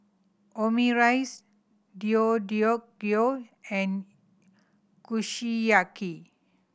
Omurice Deodeok Gui and Kushiyaki